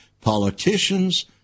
politicians